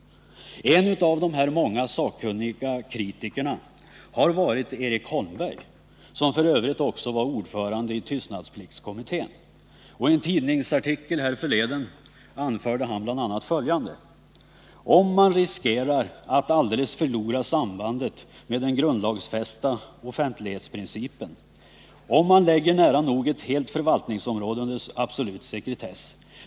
En av dessa sakkunniga kritiker har varit Erik Holmberg, som f. ö. också var ordförande i tystnadspliktskommittén. I en tidningsartikel härförleden anförde han bl.a. följande: ”och man riskerar att alldeles förlora sambandet med den grundlagsfästa offentlighetsprincipen om man lägger nära nog ett helt förvaltningsområde under absolut sekretess.